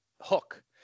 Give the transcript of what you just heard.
hook